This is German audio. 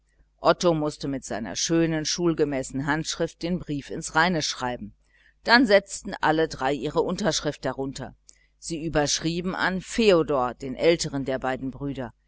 otto mußte mit seiner schönen schulgemäßen handschrift den brief ins reine schreiben und dann setzten alle drei ihre unterschrift darunter sie adressierten an feodor den älteren der beiden brüder